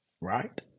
Right